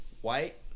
White